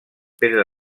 pedra